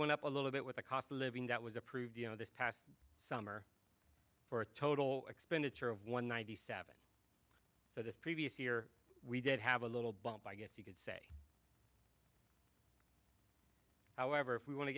went up a little bit with the cost of living that was approved you know this past summer for a total expenditure of one ninety seven so this previous year we did have a little bump by get you could say however if we want to